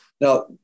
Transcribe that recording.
Now